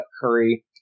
Curry